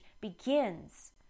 begins